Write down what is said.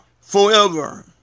forever